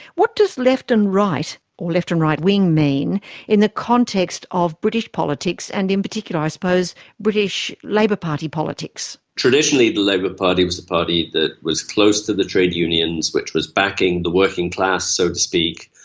what does left and right or left wing and right wing mean in the context of british politics and in particular i suppose british labour party politics? traditionally the labour party was a party that was close to the trade unions, which was backing the working class, so to speak,